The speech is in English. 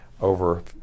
over